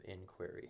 inquiry